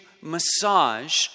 massage